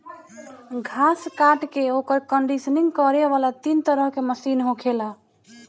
घास काट के ओकर कंडीशनिंग करे वाला तीन तरह के मशीन होखेला